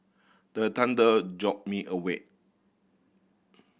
the thunder jolt me awake